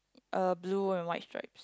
uh blue and white stripes